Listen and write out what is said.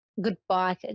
goodbye